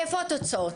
איפה התוצאות?